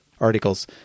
articles